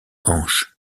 hanches